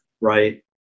right